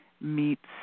meets